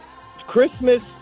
Christmas